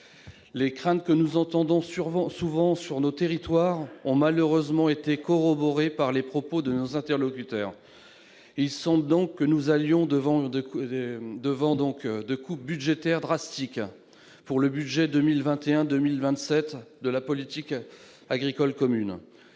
Les craintes que nous entendons souvent dans nos territoires ont malheureusement été corroborées par les propos de nos interlocuteurs. Il semble que nous allions vers des coupes budgétaires drastiques dans le budget 2021-2027 de la PAC. Le commissaire